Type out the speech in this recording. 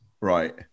right